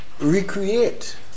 recreate